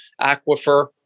aquifer